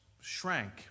shrank